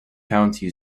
county